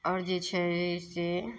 आओर जे छै से